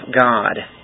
God